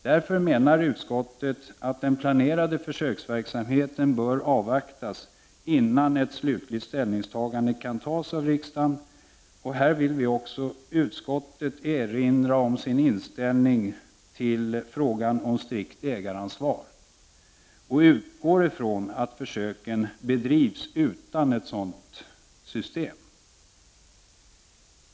Därför menar utskottet att den planerade försöksverksamheten bör avvaktas innan ett slutligt ställningstagande kan tas av riksdagen. Här vill också utskottet erinra om sin inställning till frågan om strikt ägaransvar och utgår ifrån att försöken bedrivs utan ett sådant system.